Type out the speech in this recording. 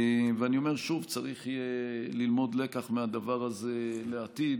ואני אומר שוב: צריך יהיה ללמוד לקח מהדבר הזה לעתיד.